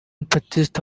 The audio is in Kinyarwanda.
baptiste